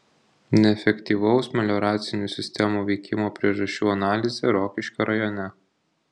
neefektyvaus melioracinių sistemų veikimo priežasčių analizė rokiškio rajone